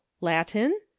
Latin